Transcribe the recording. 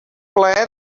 plaer